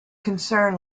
concern